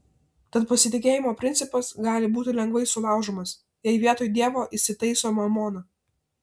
tad pasitikėjimo principas gali būti lengvai sulaužomas jei vietoj dievo įsitaiso mamona